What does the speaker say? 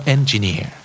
Engineer